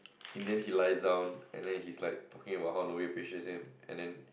in the end he lies down and then he's like talking about how Noel appreciates him and then